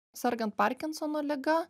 sergant parkinsono liga